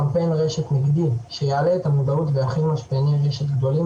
קמפיין רשת מוקדי שיעלה את המודעות של משפיעני רשת גדולים,